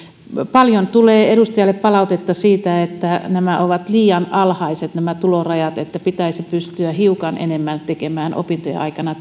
paljon tulee edustajille palautetta siitä että nämä tulorajat ovat liian alhaiset että pitäisi pystyä hiukan enemmän tekemään opintojen aikana